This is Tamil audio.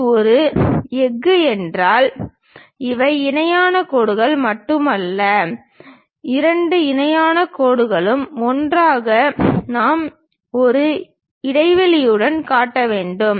இது ஒரு எஃகு என்றால் இவை இணையான கோடுகள் மட்டுமல்ல இரண்டு இணையான கோடுகளும் ஒன்றாக நாம் ஒரு இடைவெளியுடன் காட்ட வேண்டும்